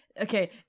Okay